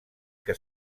que